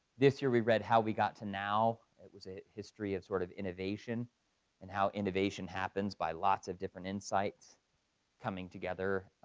this year we read how we got to now, it was a history of sort of innovation and how innovation happens by lots of different insights coming together,